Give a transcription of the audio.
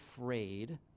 afraid